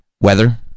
weather